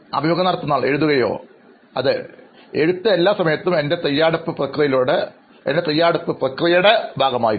അഭിമുഖം നടത്തുന്നയാൾ എഴുതുകയോ അഭിമുഖം സ്വീകരിക്കുന്നയാൾ അതെ എഴുത്ത് എല്ലായ്പ്പോഴും എൻറെ തയ്യാറെടുപ്പ് പ്രക്രിയയുടെ ഭാഗമായിരുന്നു